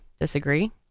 disagree